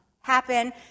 happen